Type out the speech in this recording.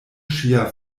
ŝia